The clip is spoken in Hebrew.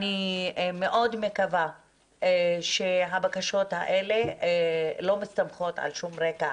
אני מקווה מאוד שהבקשות האלה לא מסתמכות על שום רקע